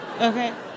okay